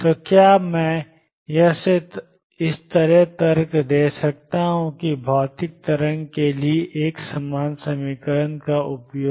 तो क्या मैं यहां से यह तर्क दे सकता हूं कि भौतिक तरंग के लिए एक समान समीकरण का उपयोग